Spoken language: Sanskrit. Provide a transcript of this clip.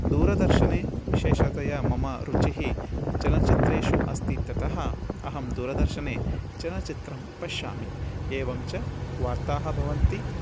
दूरदर्शने विशेषतया मम रुचिः चलनचित्रेषु अस्ति ततः अहं दूरदर्शने चलनचित्रं पश्यामि एवञ्च वार्ताः भवन्ति